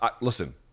listen